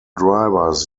drivers